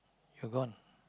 you're gone